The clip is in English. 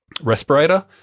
respirator